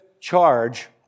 charge